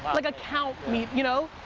like account meet, you know?